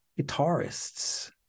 guitarists